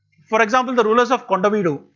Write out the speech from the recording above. for example, the rulers of kondaveedu,